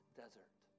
desert